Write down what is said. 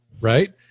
right